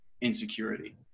insecurity